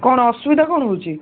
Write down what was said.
କ'ଣ ଅସୁବିଧା କ'ଣ ହେଉଛି